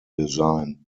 design